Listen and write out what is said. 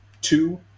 two